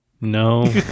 no